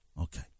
Okay